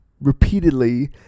repeatedly